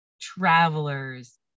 traveler's